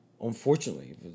unfortunately